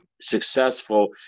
successful